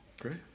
great